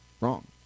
Wrong